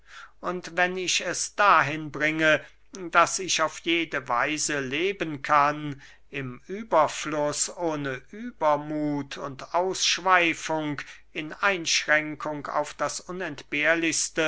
und wenn ich es dahin bringe daß ich auf jede weise leben kann im überfluß ohne übermuth und ausschweifung in einschränkung auf das unentbehrlichste